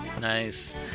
nice